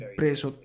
preso